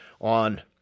on